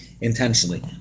intentionally